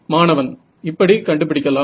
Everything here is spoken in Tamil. மாணவன் இப்படி கண்டுபிடிக்கலாம்